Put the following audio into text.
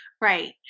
Right